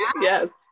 Yes